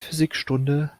physikstunde